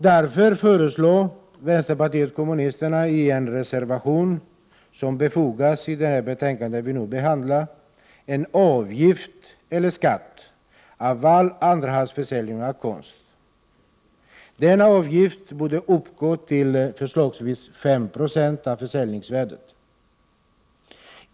Därför föreslår vänsterpartiet kommunisterna i en reservation som fogats till detta betänkande ett införande av en avgift eller en skatt vid all andrahandsförsäljning av konst. Denna avgift bör uppgå till förslagsvis 5 90 av försäljningsvärdet.